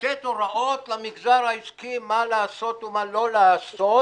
לתת הוראות למגזר העסקי מה לעשות ומה לא לעשות,